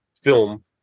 film